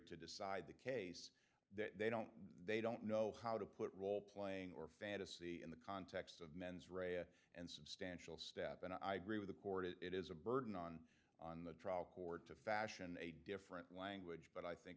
to decide the case that they don't they don't know how to put role playing or fantasy in the context of mens rea and substantial staff and i agree with the court it is a burden on on the trial court to fashion a different language but i think